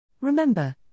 Remember